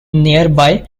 nearby